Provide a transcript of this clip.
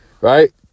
right